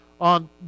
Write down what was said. on